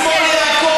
השמאל יעקור,